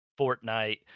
Fortnite